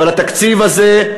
אבל התקציב הזה,